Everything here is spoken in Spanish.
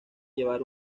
llevar